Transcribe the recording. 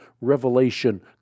revelation